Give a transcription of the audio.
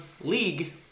league